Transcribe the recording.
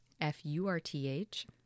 F-U-R-T-H